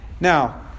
Now